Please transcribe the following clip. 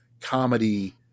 comedy